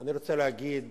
אני רוצה להגיד